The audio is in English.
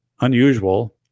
unusual